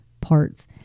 parts